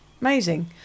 Amazing